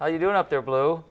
how you doing up there bl